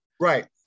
Right